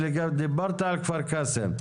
דיברת על כפר קאסם.